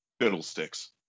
fiddlesticks